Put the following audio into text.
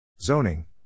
Zoning